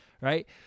Right